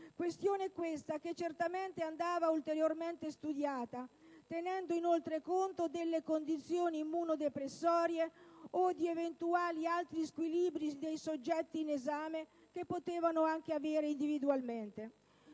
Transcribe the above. questione che certamente andava ulteriormente approfondita, tenendo inoltre conto delle condizioni immunodepressorie o di eventuali altri squilibri dei soggetti in esame, che potevano anche avere individualmente.